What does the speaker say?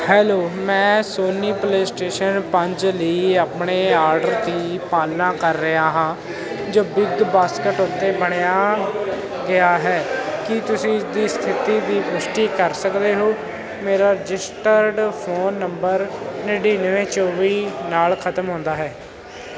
hello ਮੈਂ Sony PlayStation ਪੰਜ ਲਈ ਆਪਣੇ ਆਰਡਰ ਦੀ ਪਾਲਣਾ ਕਰ ਰਿਆ ਹਾਂ ਜੋ ਬਿਗ ਬਾਸਕਟ ਉੱਤੇ ਬਣਿਆ ਗਿਆ ਹੈ ਕੀ ਤੁਸੀਂ ਇਸ ਦੀ ਸਥਿਤੀ ਦੀ ਪੁਸ਼ਟੀ ਕਰ ਸਕਦੇ ਹੋ ਮੇਰਾ ਰਜਿਸਟਰਡ ਫੋਨ ਨੰਬਰ ਨੜਿਨਮੇ ਚੌਵੀ ਨਾਲ ਖਤਮ ਹੁੰਦਾ ਹੈ